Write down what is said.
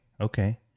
Okay